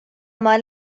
oma